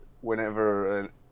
whenever